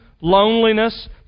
loneliness